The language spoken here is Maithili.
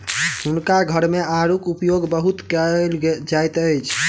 हुनका घर मे आड़ूक उपयोग बहुत कयल जाइत अछि